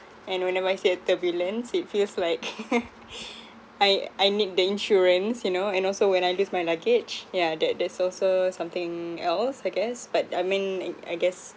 and whenever I see a turbulence it feels like I I need the insurance you know and also when I lose my luggage yeah that that's also something else I guess but I mean like I guess